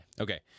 Okay